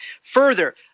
Further –